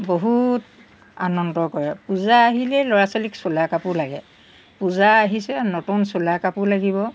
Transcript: বহুত আনন্দ কৰে পূজা আহিলেই ল'ৰা ছোৱালীক চোলা কাপোৰ লাগে পূজা আহিছে নতুন চোলা কাপোৰ লাগিব